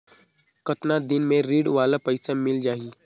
कतना दिन मे ऋण वाला पइसा मिल जाहि?